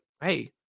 hey